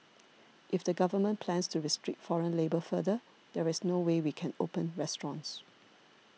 if the Government plans to restrict foreign labour further there is no way we can open restaurants